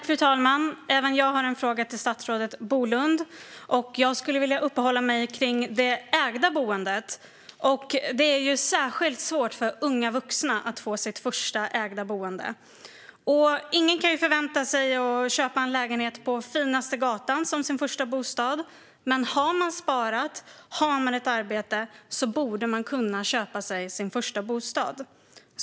Fru talman! Även jag har en fråga till statsrådet Bolund. Jag skulle vilja uppehålla mig vid det ägda boendet. Det är särskilt svårt för unga vuxna att få sitt första ägda boende. Ingen kan förvänta sig att kunna köpa en lägenhet på finaste gatan som sin första bostad, men om man har sparat och har ett arbete borde man kunna köpa sig sin första bostad.